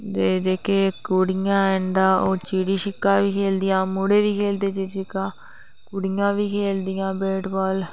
दे जेहके कुडियां हैन तां ओह चिडी छिका बी खेलदियां मुड़े बी खेलदे चिड़ी छिका कुड़ियां बी खेलदियां बेटबाल